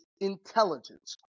intelligence